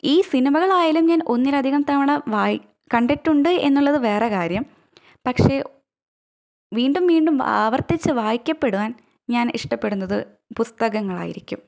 ഈ സിനിമകളായാലും ഞാന് ഒന്നിലധികം തവണ വായി കണ്ടിട്ടുണ്ട് എന്നുള്ളത് വേറെ കാര്യം പക്ഷെ വീണ്ടും വീണ്ടും ആവര്ത്തിച്ചു വായിക്കപ്പെടുവാന് ഞാന് ഇഷ്ടപ്പെടുന്നത് പുസ്തകങ്ങളായിരിക്കും